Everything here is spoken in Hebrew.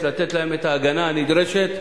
לתת להם את ההגנה הנדרשת,